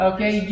Okay